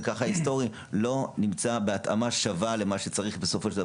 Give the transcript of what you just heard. זה ככה היסטורית לא נמצאת בהתאמה שווה למה שיכול.